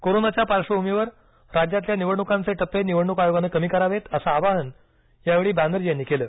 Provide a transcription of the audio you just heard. कोरोनाच्या पार्श्वभूमीवर राज्यातल्या निवडणुकांचे टप्पे निवडणूक आयोगानं कमी करावेत असं आवाहन यावेळी बॅनर्जी यांनी केलं